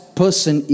person